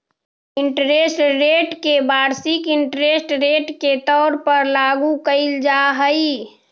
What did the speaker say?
interest rate के वार्षिक interest rate के तौर पर लागू कईल जा हई